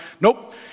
Nope